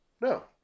No